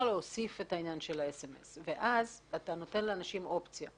להוסיף את העניין של ה-SMS ואז אתה נותן לאנשים אופציה.